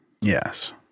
Yes